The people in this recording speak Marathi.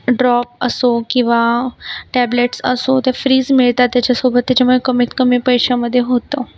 ड्रॉप असो किंवा टॅब्लेट्स असो ते फ्रीच मिळतात त्याच्यासोबत त्याच्यामुळे कमीतकमी पैशामधे होतं